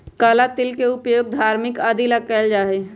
काला तिल के उपयोग धार्मिक आदि ला कइल जाहई